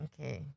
Okay